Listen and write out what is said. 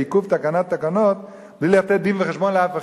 עיכוב התקנת תקנות בלי לתת דין-וחשבון לאף אחד,